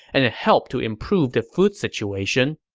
and it helped to improve the food situation.